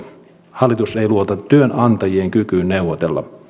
hallitus ei luota työnantajien kykyyn neuvotella